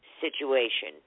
situation